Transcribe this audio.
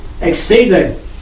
exceeding